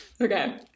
Okay